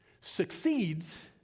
succeeds